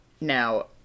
Now